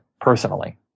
personally